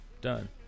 done